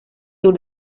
sur